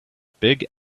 big